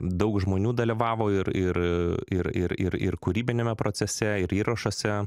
daug žmonių dalyvavo ir ir ir ir ir ir kūrybiniame procese ir įrašuose